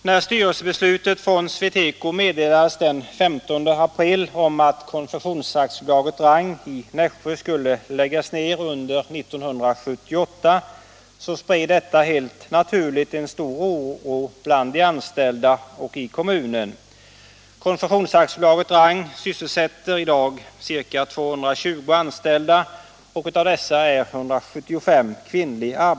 När styrelsebeslutet från SweTeco meddelades den 15 april om att Konfektions AB Rang i Nässjö skulle läggas ner under 1978, spred detta helt naturligt en stor oro bland de anställda och i kommunen. Konfektions AB Rang sysselsätter i dag ca 220 anställda, och av dessa är 175 kvinnor.